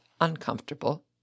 uncomfortable